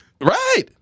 Right